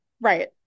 right